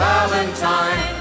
Valentine